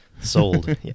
Sold